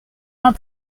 not